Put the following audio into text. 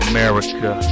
America